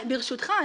ברשותך,